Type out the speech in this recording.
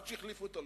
עד שהחליפו את הלוח.